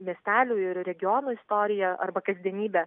miestelių ir regionų istoriją arba kasdienybę